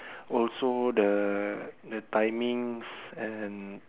also the the timings and